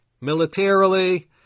Militarily